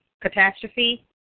catastrophe